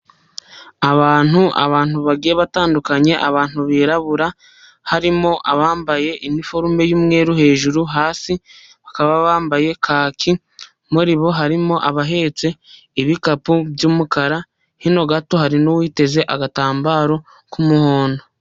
Abantu, abantu bagiye batandukanye, abantu birabura harimo abambaye iniforume y'umweru hejuru, hasi bakaba bambaye kaki, muri bo harimo abahetse ibikapu by'umukara, hino gato hari n'uwiteze agatambaro k'umuhondo.